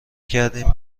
کردیم